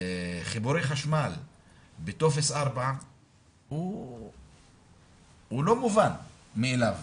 חיבורי חשמל בטופס 4 הוא לא מובן מאליו.